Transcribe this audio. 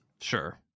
Sure